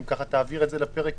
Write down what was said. אם ככה תעביר את זה לפרק